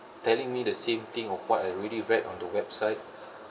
telling me the same thing of what I already read on the website